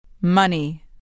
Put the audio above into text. Money